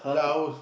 Laos